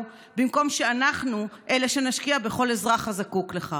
במקום שאנחנו אלה שנשקיע בכל אזרח הזקוק לכך.